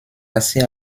assez